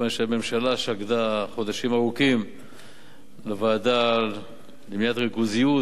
כי הממשלה שקדה חודשים ארוכים בוועדה למניעת ריכוזיות,